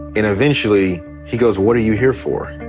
and eventually he goes, what are you here for?